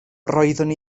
roeddwn